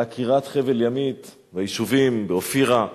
חבל-ימית והיישובים באופירה,